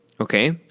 Okay